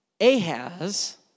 Ahaz